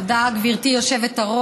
תודה, גברתי היושבת-ראש.